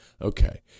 Okay